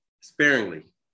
sparingly